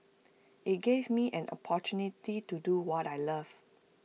IT gave me an opportunity to do what I love